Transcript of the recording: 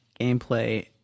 gameplay